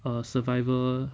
uh survival